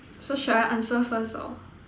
so shall I answer first or